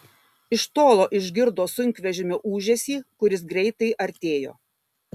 iš tolo išgirdo sunkvežimio ūžesį kuris greitai artėjo